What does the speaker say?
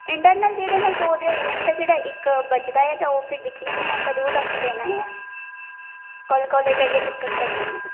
internal जेह्ड़े न इक्क ते होई गेदा ते जेह्ड़ा इक्क दौ बचदा ऐ ते ओह् दिक्खने आं कदूं तगर देना ऐ कल्ल कॉलेज़ आइयै डिसकस करी लैन्ने आं